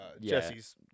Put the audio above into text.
Jesse's